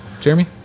Jeremy